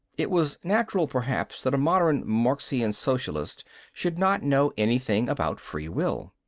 it was natural, perhaps, that a modern marxian socialist should not know anything about free will.